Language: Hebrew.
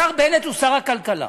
השר בנט הוא שר הכלכלה.